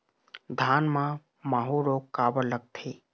धान म माहू रोग काबर लगथे?